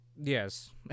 Yes